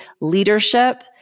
leadership